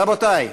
רבותי,